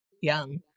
young